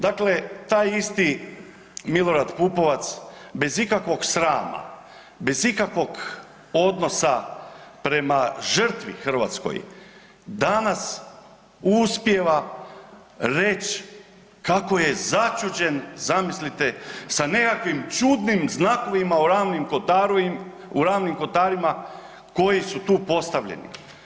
Dakle, taj isti Milorad Pupovac bez ikakvog srama, bez ikakvog odnosa prema žrtvi hrvatskoj, danas uspijeva reć kako je začuđen, zamislite, sa nekakvim čudnim znakovima u Ravnim Kotarima koji su tu postavljeni.